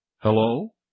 Hello